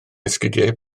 esgidiau